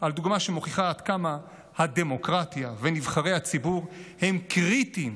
על דוגמה שמוכיחה עד כמה הדמוקרטיה ונבחרי הציבור הם קריטיים